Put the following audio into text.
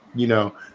you know,